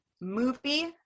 movie